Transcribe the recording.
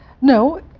No